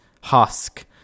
husk